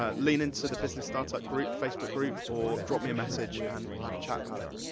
ah lean into the business start up group, facebook group, or drop me a message, and we'll have a chat about it.